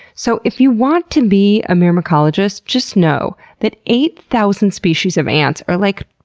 so if you want to be a myrmecologist, just know that eight thousand species of ants are like,